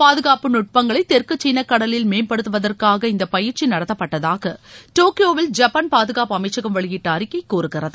பாதுகாப்பு நட்பங்களை தெற்கு சீன கடலில் மேம்படுத்துவதற்காக இந்த பயிற்சி நடத்தப்பட்டதாக டோக்கியோவில் ஜப்பான் பாதுகாப்பு அமைச்சகம் வெளியிட்ட அறிக்கை கூறுகிறது